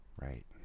Right